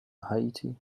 haiti